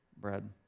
bread